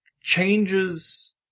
changes